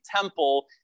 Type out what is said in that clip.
temple